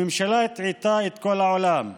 הממשלה הטעתה את כל העולם,